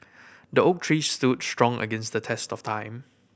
the oak tree stood strong against the test of time